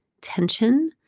tension